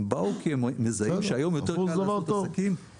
הם באו כי הם מזהים שהיום יותר קל לעשות עסקים.